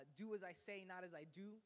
do-as-I-say-not-as-I-do